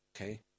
Okay